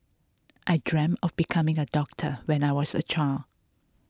I dreamt of becoming a doctor when I was a child